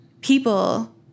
people